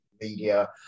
media